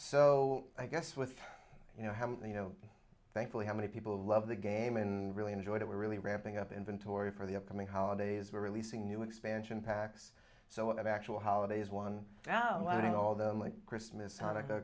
so i guess with you know how you know thankfully how many people love the game and really enjoyed it we're really ramping up inventory for the upcoming holidays were releasing new expansion packs so what actual holiday is one now letting all them like christmas hanukkah